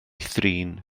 thrin